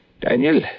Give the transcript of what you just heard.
Daniel